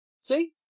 See